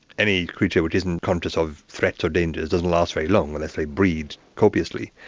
any creature which isn't conscious of threats or dangers doesn't last very long, unless they breed copiously.